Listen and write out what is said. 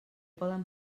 poden